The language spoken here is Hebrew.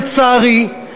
לצערי,